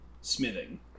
smithing